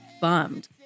bummed